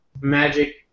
Magic